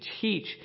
teach